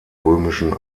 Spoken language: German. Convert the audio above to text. römischen